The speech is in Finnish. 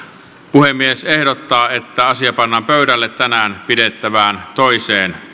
puhemiesneuvosto ehdottaa että asia pannaan pöydälle tänään pidettävään toiseen